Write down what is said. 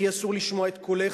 כי אסור לשמוע את קולך.